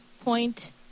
point